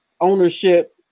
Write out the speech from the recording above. ownership